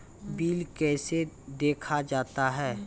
Bill कैसे देखा जाता हैं?